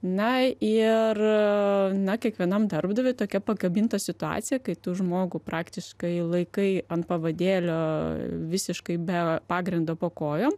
na ir na kiekvienam darbdaviui tokia pakabinta situaciją kai tu žmogų praktiškai laikai ant pavadėlio visiškai be pagrindo po kojom